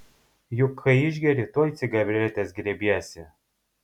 juk kai išgeri tuoj cigaretės griebiesi